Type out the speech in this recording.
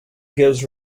gives